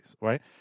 right